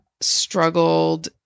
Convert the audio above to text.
struggled